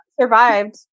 survived